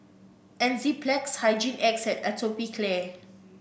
Enzyplex Hygin X and Atopiclair